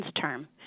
term